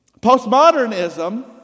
Postmodernism